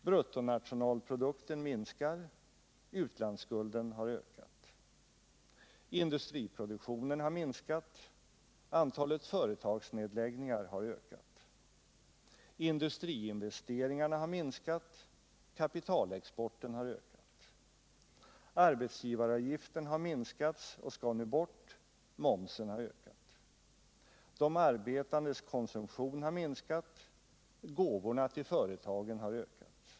Bruttonationalprodukten minskar — utlandsskulderna har ökat. Industriproduktionen har minskat — antalet företagsnedläggningar har ökat. Industriinvesteringarna har minskat — kapitalexporten har ökat. Arbetsgivaravgifterna har minskat och skall nu bort — momsen har ökat. De arbetandes konsumtion har minskat —- gåvorna till företagen har ökat.